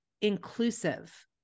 inclusive